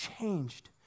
changed